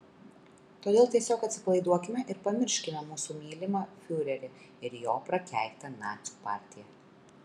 todėl tiesiog atsipalaiduokime ir pamirškime mūsų mylimą fiurerį ir jo prakeiktą nacių partiją